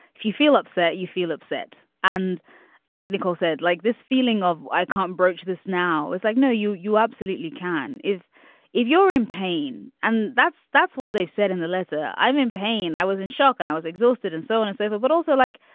if you feel upset, you feel upset. and like nicole said, like this feeling of i can't broach this now is like, no, you you absolutely can if if you're in pain. and that's that's what they've said in the letter. i'm in pain. i was in shock and i was exhausted and so on. it's over. but also, like,